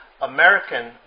American